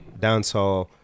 dancehall